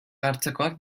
hartzekoak